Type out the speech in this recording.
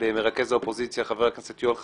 למרכז האופוזיציה, חבר הכנסת יואל חסון,